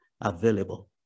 available